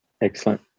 Excellent